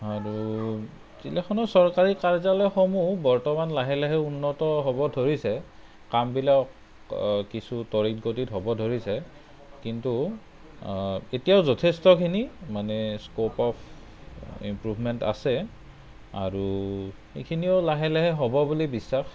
আৰু জিলাখনৰ চৰকাৰী কাৰ্যালয়সমূহ বৰ্তমান লাহে লাহে উন্নত হ'ব ধৰিছে কামবিলাক কিছু তৰিৎ গতিত হ'ব ধৰিছে কিন্তু এতিয়াও যথেষ্টখিনি মানে স্কপ অফ ইম্প্ৰোভমেণ্ট আছে আৰু এইখিনিও লাহে লাহে হ'ব বুলি বিশ্বাস